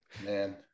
Man